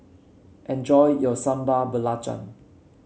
enjoy your Sambal Belacan